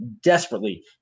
desperately